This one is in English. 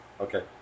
okay